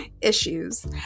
issues